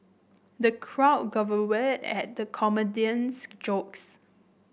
the crowd guffawed at the comedian's jokes